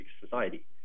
society